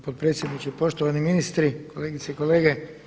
Potpredsjedniče, poštovani ministri, kolegice i kolege.